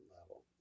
level